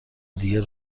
دیگه